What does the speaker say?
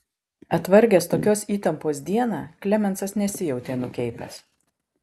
atvargęs tokios įtampos dieną klemensas nesijautė nukeipęs